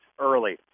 early